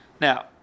Now